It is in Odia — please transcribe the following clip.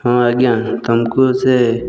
ହଁ ଆଜ୍ଞା ତମକୁ ସେ